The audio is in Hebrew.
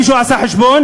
מישהו עשה חשבון?